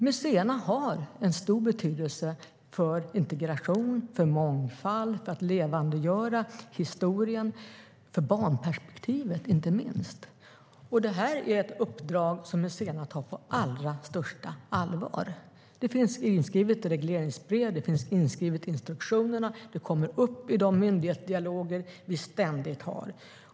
Museerna har en stor betydelse för integration, för mångfald, för att levandegöra historien och för barnperspektivet, inte minst. Det här är ett uppdrag som museerna tar på allra största allvar. Det finns inskrivet i regleringsbrev. Det finns inskrivet i instruktionerna. Det kommer upp i de myndighetsdialoger vi ständigt har.